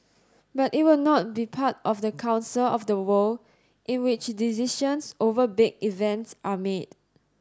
but it will not be part of the council of the world in which decisions over big events are made